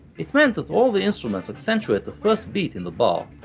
it meant that all the instruments accentuate the first beat in the bar,